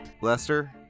Lester